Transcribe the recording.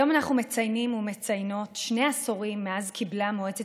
היום אנחנו מציינים ומציינות שני עשורים מאז קיבלה מועצת